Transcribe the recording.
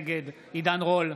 נגד עידן רול,